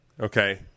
Okay